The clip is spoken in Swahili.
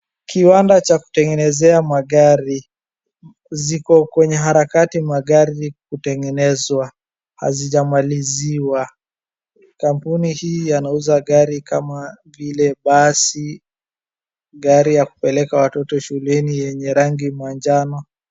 Kiwanda cha kutengenezea magari, ziko kwenye harakati magari kutengenezwa, hazijamaliziwa. Kampuni hii yanauza gari kama vile basi, gari ya kupeleka watoto shuleni yenye rangi majano.